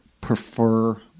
prefer